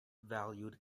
valued